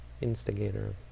instigator